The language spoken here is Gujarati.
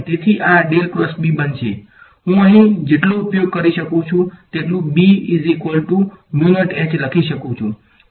તેથી આ બનશે હું અહીં જેટલો ઉપયોગ કરી શકું તેટલું લખી શકું છું